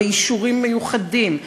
ובאישורים מיוחדים,